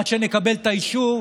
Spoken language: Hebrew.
עד שנקבל את האישור,